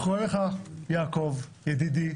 אני קורא לך, יעקב ידידי,